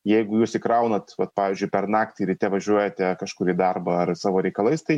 jeigu jūs įkraunat vat pavyzdžiui per naktį ryte važiuojate kažkur į darbą ar savo reikalais tai